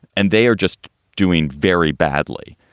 and they are just doing very badly.